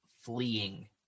fleeing